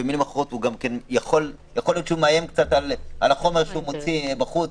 במילים אחרות יכול להיות שהוא מאיים קצת על החומר שהוא מוציא החוצה.